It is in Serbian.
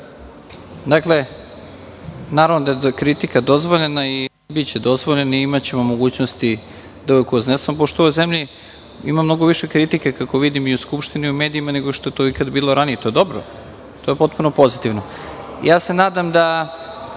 Naravno da je kritika dozvoljena i biće dozvoljena i imaćemo mogućnosti da je uvek iznesemo, pošto u ovoj zemlji ima mnogo više kritike, kako vidim, i u Skupštini i u medijima, nego što je to ikad bilo ranije. To je dobro, to je potpuno pozitivno. Nadam se da ovde,